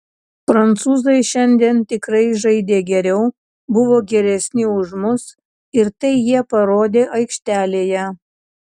prancūzai šiandien tikrai žaidė geriau buvo geresni už mus ir tai jie parodė aikštelėje